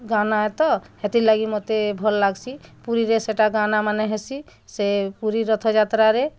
ଗାନା ଏ ତ ହେଥିରଲାଗି ମୋତେ ଭଲ୍ ଲାଗସି ପୁରୀରେ ସେଟା ଗାନା ମାନେ ହେସି ସେ ପୁରୀ ରଥଯାତ୍ରାରେ